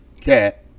Cat